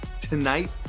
tonight